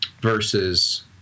versus